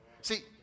See